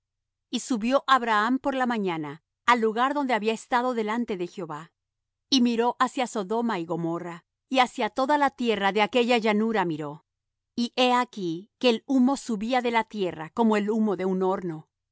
y subió abraham por la mañana al lugar donde había estado delante de jehová y miró hacia sodoma y gomorra y hacia toda la tierra de aquella llanura miró y he aquí que el humo subía de la tierra como el humo de un horno